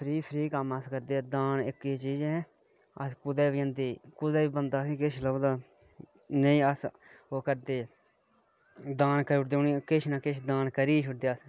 free फ्री कम्म अस करदे दान अस कुदै बी जंदे दान करूडने अस किस ना किस